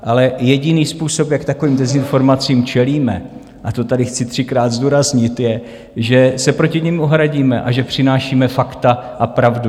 Ale jediný způsob, jak takovým dezinformacím čelíme, a to tady chci třikrát zdůraznit, je, že se proti nim ohradíme a že přinášíme fakta a pravdu.